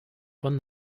von